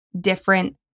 different